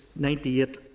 98